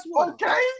okay